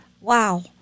wow